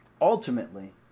ultimately